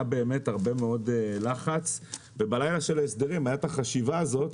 באמת הרבה מאוד לחץ ובלילה של ההסדרים הייתה את החשיבה הזאת,